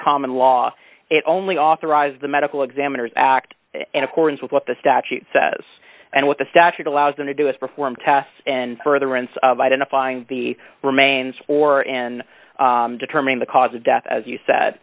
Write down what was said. common law it only authorized the medical examiners act in accordance with what the statute says and what the statute allows them to do is perform tests and further rense of identifying the remains or in determining the cause of death as you said